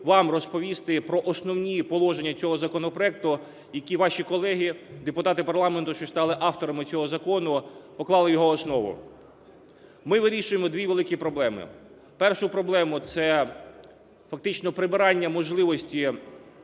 вам розповісти про основні положення цього законопроекту, які ваші колеги депутати парламенту, що стали авторами цього закону, поклали в його основу. Ми вирішуємо 2 великі проблеми. Першу проблему – це фактично прибирання можливості